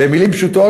במילים פשוטות,